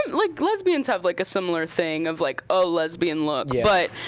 like lesbians have like a similar thing of like a lesbian look. but